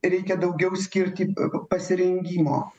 reikia daugiau skirti pasirengimo